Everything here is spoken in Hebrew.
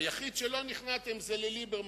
היחיד שלא נכנעתם זה לליברמן,